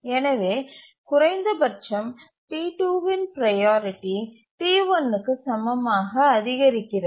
எனவே குறைந்தபட்சம் T2 இன் ப்ரையாரிட்டி T1 க்கு சமமாக அதிகரிக்கிறது